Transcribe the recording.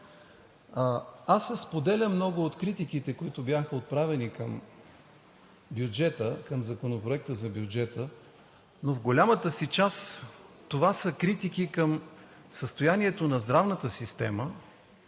Аз споделям много от критиките, които бяха отправени към Законопроекта за бюджет, но в голямата си част това са критики към състоянието на здравната система